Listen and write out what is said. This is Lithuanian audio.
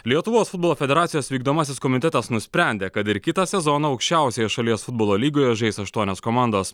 lietuvos futbolo federacijos vykdomasis komitetas nusprendė kad ir kitą sezoną aukščiausioje šalies futbolo lygoje žais aštuonios komandos